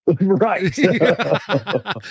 Right